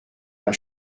dans